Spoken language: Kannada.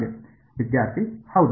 ವಿದ್ಯಾರ್ಥಿ ಹೌದು